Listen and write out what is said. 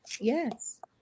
Yes